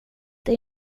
det